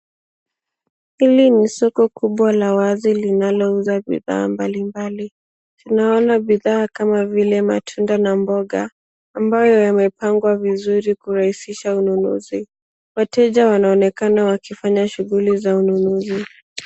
Hili ni soko kubwa la wazi linalouza bidhaa mbali mbali. Tunaona bidhaa kama vile matunda na mboga, ambayo yamepangwa vizuri kurahisisha ununuzi. Wateja wanaonekana wakifanya shughuli za ununuzi.